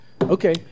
Okay